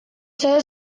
saya